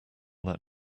that